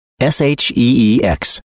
S-H-E-E-X